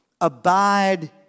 abide